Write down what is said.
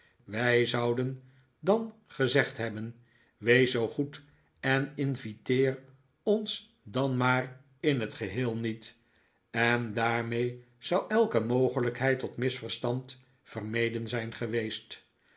wij zouden dan gezegd hebben wees zoo goed en inviteer ons dan maar in het geheel niet en daarmee zou elke mogelijkheid tot misverstand vermeden zijn geweest